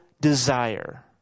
desire